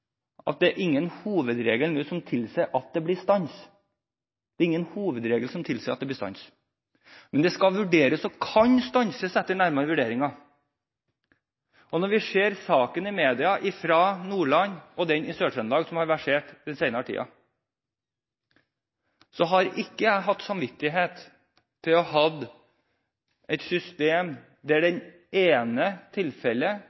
er ingen hovedregel nå som tilsier at det blir stans i ytelsene, men det skal vurderes, og ytelsene kan stanses etter nærmere vurderinger. Etter å ha sett sakene som har versert i media den senere tiden, fra Nordland og Nord-Trøndelag, har jeg ikke hatt samvittighet til å ha et system der